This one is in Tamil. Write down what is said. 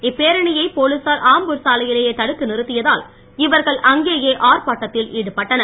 இப்பேரணியை போலீசார் ஆம்பூர் சாலையிலேயே நிறுத்தியதால் இவர்கள் அங்கேயே ஆர்ப்பாட்டத்தில் தடுத்தி ஈடுபட்டனர்